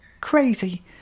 crazy